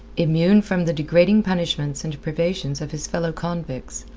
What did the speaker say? immune from the degrading punishments and privations of his fellow-convicts,